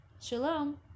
Shalom